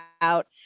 out